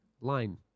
Line